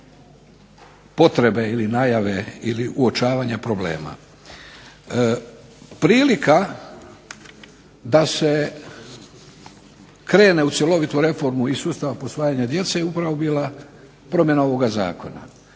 potrebe ili najave ili uočavanja problema. Prilika da se krene u cjelovitu reformu i sustava posvajanja djece je upravo bila promjena ovoga zakona.